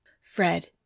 Fred